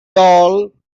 doll